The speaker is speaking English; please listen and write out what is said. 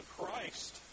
Christ